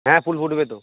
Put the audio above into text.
হ্যাঁ ফুল ফুটবে তো